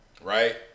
Right